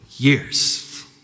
Years